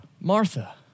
Martha